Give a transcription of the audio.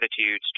attitudes